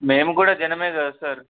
మేము కూడా జనమే కదా సార్